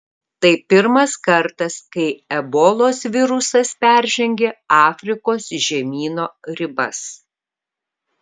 tai pirmas kartas kai ebolos virusas peržengė afrikos žemyno ribas